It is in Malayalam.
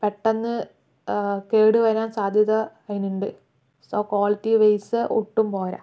പെട്ടെന്ന് കേടു വരാൻ സാധ്യത അതിനുണ്ട് സോ ക്വാളിറ്റി വൈസ് ഒട്ടും പോര